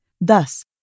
Thus